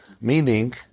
Meaning